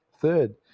Third